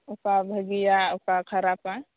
ᱚᱠᱟ ᱵᱷᱟᱜᱤᱭᱟ ᱚᱠᱟ ᱠᱷᱟᱨᱟᱯᱟ